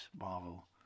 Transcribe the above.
Marvel